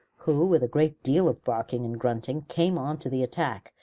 who with a great deal of barking and grunting came on to the attack,